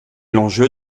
l’enjeu